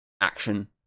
action